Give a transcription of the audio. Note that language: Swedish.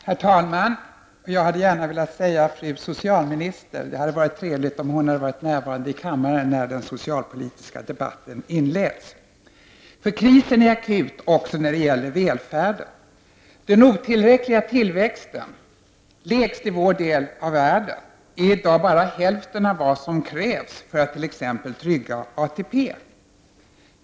Herr talman! Jag hade gärna velat vända mig till fru socialministern också. Det hade varit trevligt om hon hade varit närvarande i kammaren när den socialpolitiska debatten inleds, för krisen är akut också när det gäller välfärden. Den otillräckliga tillväxten, lägst i vår del av världen, är i dag bara hälften av vad som krävs för att t.ex. trygga ATP.